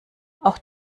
auch